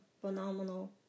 phenomenal